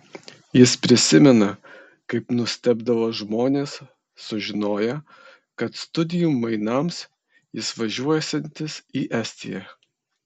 jis prisimena kaip nustebdavo žmonės sužinoję kad studijų mainams jis važiuosiantis į estiją